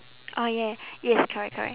orh ya yes correct correct